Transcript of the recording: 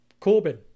Corbyn